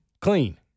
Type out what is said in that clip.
clean